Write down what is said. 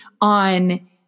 on